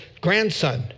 grandson